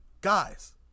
Guys